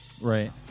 Right